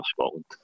Scotland